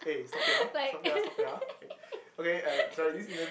like